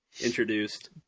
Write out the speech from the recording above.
introduced